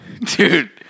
Dude